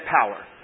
power